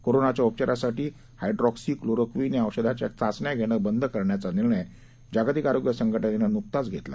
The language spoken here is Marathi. कोरोनाच्या उपचारासाठी हायड्रॉक्सीक्लोरोक्वीन या औषधाच्या चाचण्या घेणं बंद करण्याचा निर्णय जागतिक आरोग्य संघटनेनं नुकताच घेतला